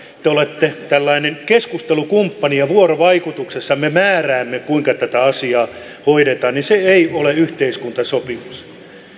te te olette tällainen keskustelukumppani ja vuorovaikutuksessa me määräämme kuinka tätä asiaa hoidetaan niin se ei ole yhteiskuntasopimus